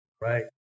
right